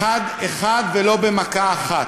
אחד-אחד, ולא במכה אחת,